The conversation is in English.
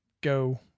go